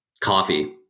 Coffee